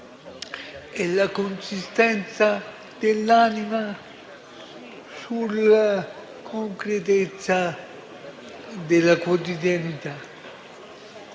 e la consistenza dell'anima sulla concretezza della quotidianità.